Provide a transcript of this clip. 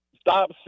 stop